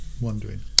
wondering